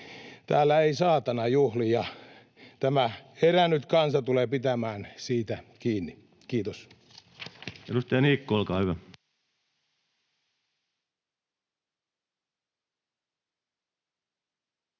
Täällä ei Saatana juhli, ja tämä herännyt kansa tulee pitämään siitä kiinni. — Kiitos. Edustaja Niikko, olkaa hyvä.